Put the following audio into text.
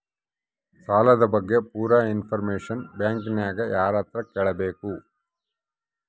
ಸಾಲದ ಬಗ್ಗೆ ಪೂರ ಇಂಫಾರ್ಮೇಷನ ಬ್ಯಾಂಕಿನ್ಯಾಗ ಯಾರತ್ರ ಕೇಳಬೇಕು?